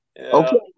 Okay